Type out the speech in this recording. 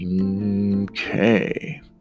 Okay